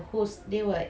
ya